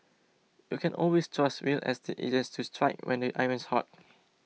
you can always trust real estate agents to strike when the iron's hot